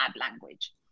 language